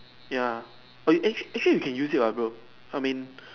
ya oh you actually actually we can use it ah bro I mean